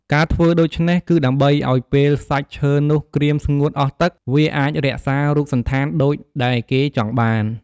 ការធ្វើដូច្នេះ គឺដើម្បីឲ្យពេលសាច់ឈើនោះក្រៀមស្ងួតអស់ទឹក វាអាចរក្សារូបសណ្ឋានដូចដែលគេចង់បាន ។